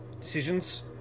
decisions